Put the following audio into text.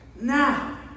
Now